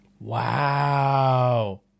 Wow